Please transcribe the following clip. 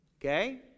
Okay